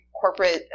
corporate